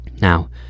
Now